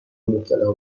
مبتلا